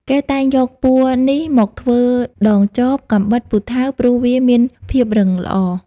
គេតែងយកពួរនេះមកធ្វើដងចប កាំបិត ពូថៅ... ព្រោះវាមានភាពរឹងល្អ។